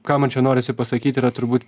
ką man čia norisi pasakyt yra turbūt